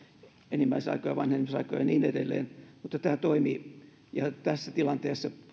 enimmäisaikoja vanhenemisaikoja ja niin edelleen mutta tämä toimi tässä tilanteessa